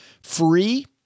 free